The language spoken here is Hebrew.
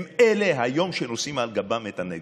הם אלה שהיום נושאים על גבם את הנגב.